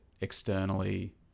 externally